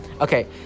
Okay